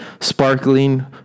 Sparkling